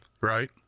right